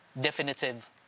definitive